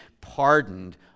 pardoned